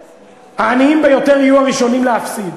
העניים ביותר יהיו הראשונים להפסיד.